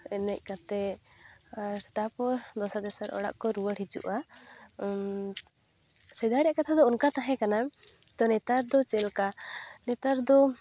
ᱮᱱᱮᱡ ᱠᱟᱛᱮ ᱟᱨ ᱛᱟᱯᱚᱨ ᱫᱚᱥᱟᱨ ᱛᱮᱥᱟᱨ ᱚᱲᱟᱜ ᱠᱚ ᱨᱩᱣᱟᱹᱲ ᱦᱤᱡᱩᱜᱼᱟ ᱥᱮᱫᱟᱭ ᱨᱮᱭᱟᱜ ᱠᱟᱛᱷᱟ ᱫᱚ ᱚᱱᱠᱟ ᱛᱟᱦᱮᱸ ᱠᱟᱱᱟ ᱛᱚ ᱱᱮᱛᱟᱨ ᱫᱚ ᱪᱮᱫ ᱞᱮᱠᱟ ᱱᱮᱛᱟᱨᱫᱚ